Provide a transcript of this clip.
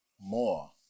more